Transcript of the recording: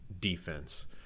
defense